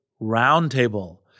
Roundtable